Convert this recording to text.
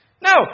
No